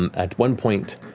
um at one point,